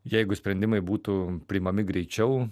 jeigu sprendimai būtų priimami greičiau